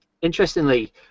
interestingly